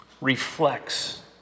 reflects